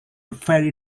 very